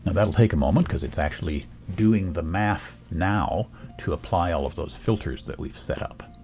that'll take a moment because it's actually doing the math now to apply all of those filters that we've set up.